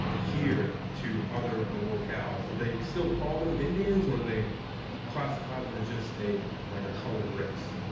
here to other locals? did they still call them indians, or they classify them as just a like colored race?